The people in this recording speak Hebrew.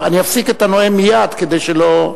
אני אפסיק את הנואם מייד כדי שלא,